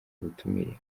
ubutumire